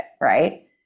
right